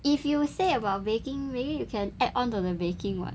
if you say about baking maybe you can add on the baking [what]